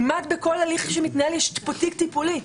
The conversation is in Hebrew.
כמעט בכל הליך שמתנהל יש פה תיק טיפולי,